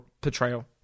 portrayal